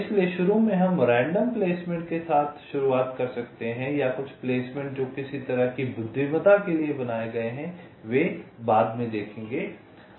इसलिए शुरू में हम रैंडम प्लेसमेंट के साथ शुरुआत कर सकते हैं या कुछ प्लेसमेंट जो किसी तरह की बुद्धिमत्ता के लिए बनाए गए हैं वे बाद में देखेंगे